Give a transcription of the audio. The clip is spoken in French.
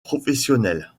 professionnels